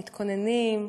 מתכוננים.